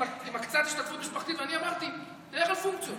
של קצת השתתפות משפחתית, נלך על פונקציות: